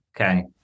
Okay